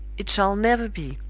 it shall never be!